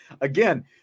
again